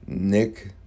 Nick